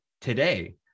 today